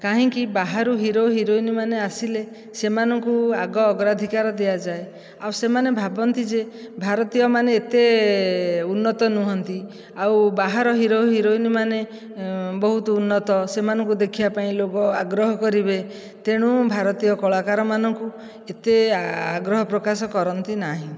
କାହିଁକି ବାହାରୁ hero heroine ମାନେ ଆସିଲେ ସେମାନଙ୍କୁ ଆଗ ଅଗ୍ରାଧିକାର ଦିଆଯାଏ ଆଉ ସେମାନେ ଭାବନ୍ତି ଯେ ଭାରତୀୟ ମାନେ ଏତେ ଉନ୍ନତ ନୁହଁନ୍ତି ଆଉ ବାହାର ହିରୋ ହିରୋଇନ ମାନେ ବହୁତ ଉନ୍ନତ ସେମାନଙ୍କୁ ଦେଖିବାପାଇଁ ଲୋକ ଆଗ୍ରହ କରିବେ ତେଣୁ ଭାରତୀୟ କଳାକାର ମାନଙ୍କୁ ଏତେ ଆଗ୍ରହ ପ୍ରକାଶ କରନ୍ତି ନାହିଁ